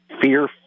fear